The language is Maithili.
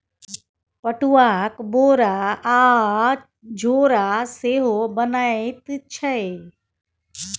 पटुआक बोरा आ झोरा सेहो बनैत छै